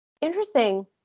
Interesting